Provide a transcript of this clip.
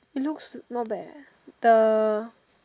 it looks not bad the